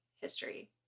history